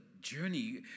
journey